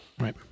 Right